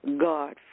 God